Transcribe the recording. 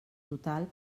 total